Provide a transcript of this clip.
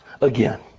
again